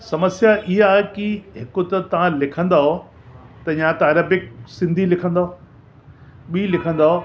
समस्या इहा आहे की हिक त तव्हां लिखंदव या त अरेबिक सिंधी लिखंदव ॿी लिखंदव